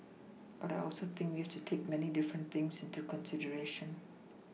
but I also think we have to take many different things into consideration